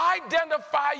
identify